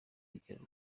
urugendo